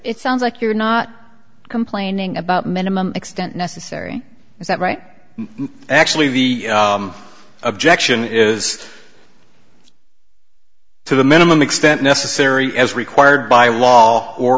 it sounds like you're not complaining about minimum extent necessary is that right actually the objection is to the minimum extent necessary as required by law or